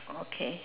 okay